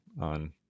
on